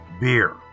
beer